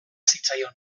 zitzaion